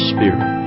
Spirit